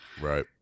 Right